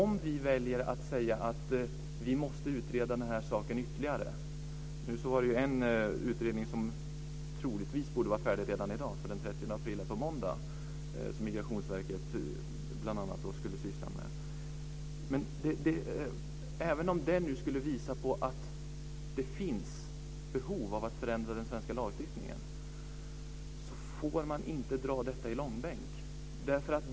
Nu finns det en utredning av bl.a. Migrationsverket som troligen är klar redan i dag eftersom den 30 april är på måndag. Om den utredningen skulle visa på att det finns behov av att förändra den svenska lagstiftningen får man inte dra detta i långbänk.